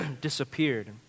disappeared